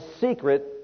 secret